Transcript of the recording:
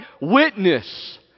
witness